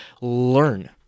Learn